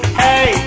hey